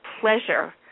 pleasure